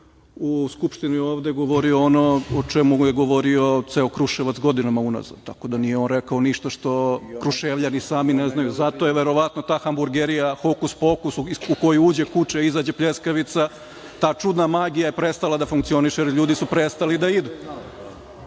u Skupštini ovde govorio ono o čemu je govorio ceo Kruševac godinama unazad, tako da nije on rekao ništa što Kruševljani sami ne znaju. Zato je verovatno ta hamburgerija, hokus-pokus, u koje uđe kuče, a izađe pljeskavica, ta čudna magija je prestala da funkcioniše, jer ljudi su prestali da